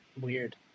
Weird